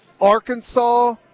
Arkansas